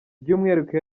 by’umwihariko